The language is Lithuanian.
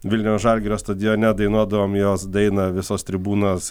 vilniaus žalgirio stadione dainuodavom jos dainą visos tribūnos